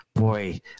boy